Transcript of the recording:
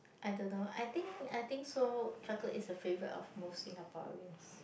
I don't know I think I think so chocolate is a favourite of most Singaporeans